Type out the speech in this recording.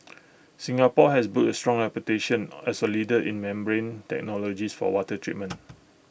Singapore has built strong reputation as A leader in membrane technologies for water treatment